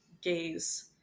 gaze